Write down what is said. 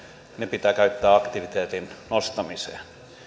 pitää käyttää aktiviteetin nostamiseen